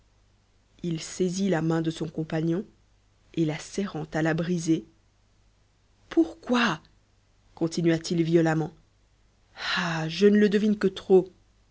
il saisit la main de son compagnon et la serrant à la briser pourquoi continua-t-il violemment ah je ne le devine que trop